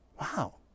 wow